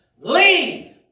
Leave